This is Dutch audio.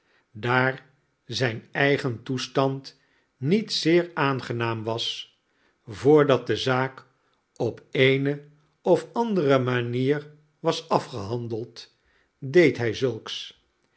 daar zijn eigen toestand niet zeer aangenaam was voordat de zaak op eene of andere manier was afgehandeld deed hij zulks